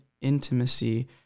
intimacy